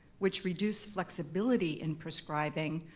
which reduce flexibility in prescribing,